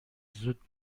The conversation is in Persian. زود